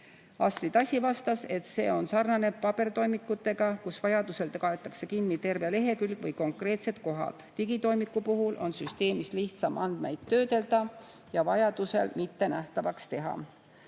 Astrid Asi vastas, et see sarnaneb pabertoimikutega, kus vajadusel kaetakse kinni terve lehekülg või konkreetsed kohad. Digitoimiku puhul on süsteemis lihtsam andmeid töödelda ja vajadusel mitte nähtavaks teha.